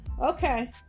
okay